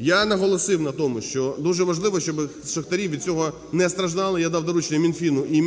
Я наголосив на тому, що дуже важливо, щоб шахтарі від цього не страждали. Я дав доручення Мінфіну і